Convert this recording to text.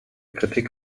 kritik